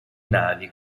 navi